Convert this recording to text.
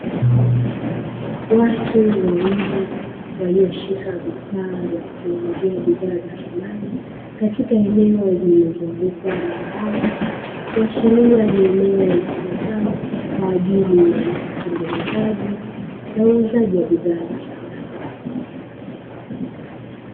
Watu wawili walioshika vifaa vya kutengenezea bidhaa za samani katika eneo lililozungukwa na mbao, kuashiria ni eneo litumikalo kwa ajili ya utengenezaji na uuzaji wa bidhaa za samani.